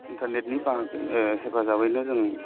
इन्टारनेटनि बाहागो हेफाजाबैनो जों